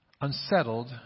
Unsettled